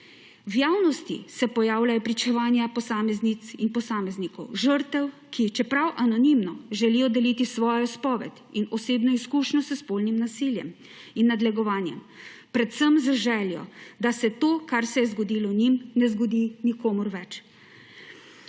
V javnosti se pojavljajo pričevanja posameznic in posameznikov, žrtev, ki, čeprav anonimno, želijo deliti svojo izpoved in osebno izkušnjo s spolnim nasiljem in nadlegovanjem, predvsem z željo, da se to, kar se je zgodilo njim, ne zgodi nikomur več.